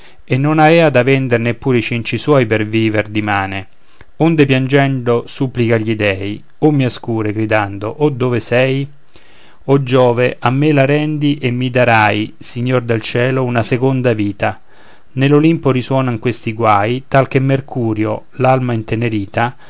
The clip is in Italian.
e non avea da vendere neppure i cenci suoi per vivere dimane onde piangendo supplica gli dèi o mia scure gridando o dove sei o giove a me la rendi e mi darai signor del cielo una seconda vita nell'olimpo risuonan questi guai tal che mercurio l'alma intenerita